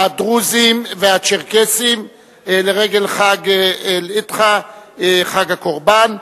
הדרוזים והצ'רקסים לרגל חג אל-אדחא, חג הקורבן.